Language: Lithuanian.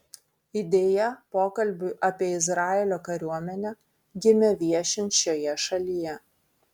idėja pokalbiui apie izraelio kariuomenę gimė viešint šioje šalyje